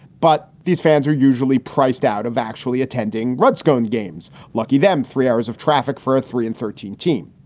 but these fans are usually priced out of actually attending redskins games. lucky them, three hours of traffic for a three and thirteen team.